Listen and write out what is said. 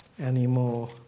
anymore